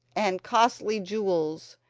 and costly jewels,